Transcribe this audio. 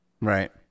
right